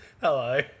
Hello